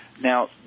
Now